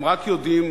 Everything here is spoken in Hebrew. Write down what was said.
הם רק יודעים,